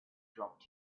dropped